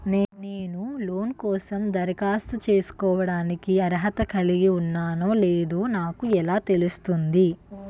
నేను లోన్ కోసం దరఖాస్తు చేసుకోవడానికి అర్హత కలిగి ఉన్నానో లేదో నాకు ఎలా తెలుస్తుంది?